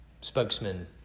spokesman